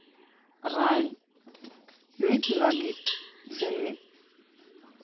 ᱨᱟᱭ ᱢᱤᱫ ᱞᱟᱹᱜᱤᱫ ᱥᱮ ᱢᱤᱫ